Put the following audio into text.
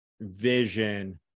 vision